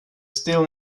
still